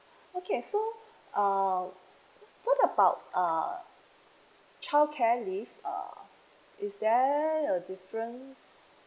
okay so um what about uh childcare leave uh is there a difference